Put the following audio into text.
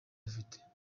dufite